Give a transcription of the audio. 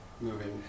moving